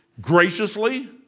graciously